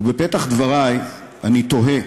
בפתח דברי אני תוהה